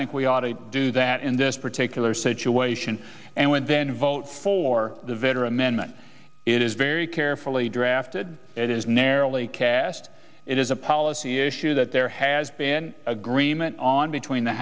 think we ought to do that in this particular situation and when then vote for the veteran amendment it is very carefully drafted it is narrowly cast it is a policy issue that there has been agreement on between the